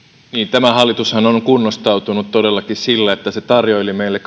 tämä hallitushan on kunnostautunut todellakin sillä että se tarjoili meille